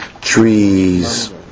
trees